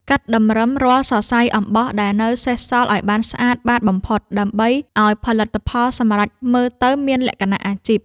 កាត់តម្រឹមរាល់សរសៃអំបោះដែលនៅសេសសល់ឱ្យបានស្អាតបាតបំផុត ដើម្បីឱ្យផលិតផលសម្រេចមើលទៅមានលក្ខណៈអាជីព។